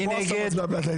מי נגד?